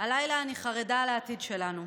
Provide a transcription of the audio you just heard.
הלילה אני חרדה לעתיד שלנו.